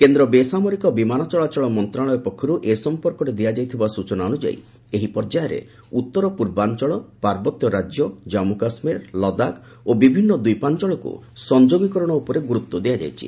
କେନ୍ଦ୍ର ବେସାମରିକ ବିମାନ ଚଳାଚଳ ମନ୍ତ୍ରଣାଳୟ ପକ୍ଷରୁ ଏ ସଫପର୍କରେ ଦିଆଯାଇଥିବା ସ୍ବଚନା ଅନୁଯାୟୀ ଏହି ପର୍ଯ୍ୟାୟରେ ଉତ୍ତର ପୂର୍ବ ଅଞ୍ଚଳ ପାର୍ବତ୍ୟ ରାଜ୍ୟ ଜାମ୍ମୁ କାଶ୍ମୀର ଲଦାଖ ଓ ବିଭିନ୍ନ ଦ୍ୱୀପାଞ୍ଚଳକୁ ସଂଯୋଗୀକରଣ ଉପରେ ଗୁରୁତ୍ୱ ଦିଆଯାଇଛି